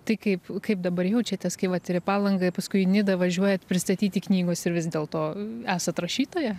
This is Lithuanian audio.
tai kaip kaip dabar jaučiatės kai vat ir į palangai paskui į nidą važiuojate pristatyti knygos ir vis dėl to esat rašytoja